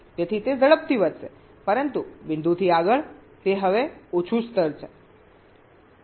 તેથી તે ઝડપથી વધશે પરંતુ બિંદુથી આગળ તે હવે ઓછું સ્તર હશે